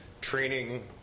training